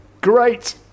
Great